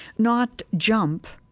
not jump.